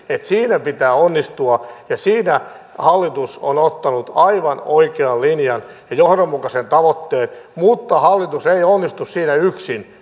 ja siinä pitää onnistua ja siinä hallitus on ottanut aivan oikean linjan ja johdonmukaisen tavoitteen mutta hallitus ei onnistu siinä yksin